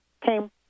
came